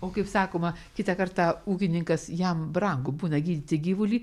o kaip sakoma kitą kartą ūkininkas jam brangu būna gydyti gyvulį